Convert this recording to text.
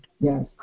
Yes